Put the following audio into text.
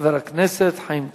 חבר הכנסת חיים כץ.